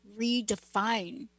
redefine